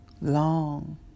long